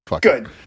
Good